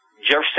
Jefferson